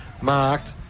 marked